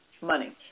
money